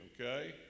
okay